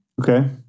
Okay